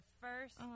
first